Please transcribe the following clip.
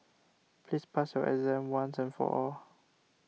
please pass your exam once and for all